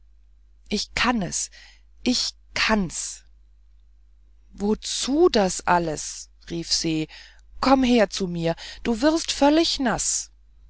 ich kann es ich kann's wozu das alles rief se komm her zu mir du wirst völlig naß